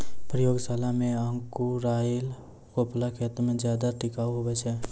प्रयोगशाला मे अंकुराएल कोपल खेत मे ज्यादा टिकाऊ हुवै छै